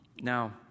Now